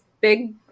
big